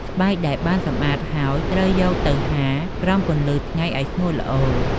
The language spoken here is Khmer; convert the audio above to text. ស្បែកដែលបានសម្អាតហើយ ត្រូវយកទៅហាលក្រោមពន្លឺថ្ងៃឱ្យស្ងួតល្អ។